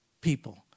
people